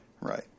Right